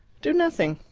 do nothing.